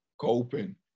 coping